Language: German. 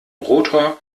rotor